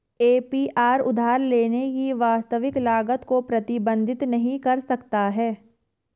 APR उधार लेने की वास्तविक लागत को प्रतिबिंबित नहीं कर सकता है